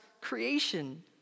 creation